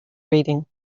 reading